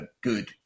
good